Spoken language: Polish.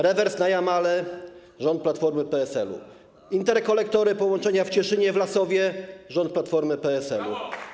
rewers na Jamale - rząd Platformy i PSL-u, interkonektory, połączenia w Cieszynie, Lasowie - rząd Platformy i PSL-u.